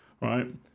right